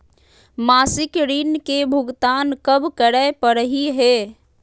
मासिक ऋण के भुगतान कब करै परही हे?